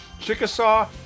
Chickasaw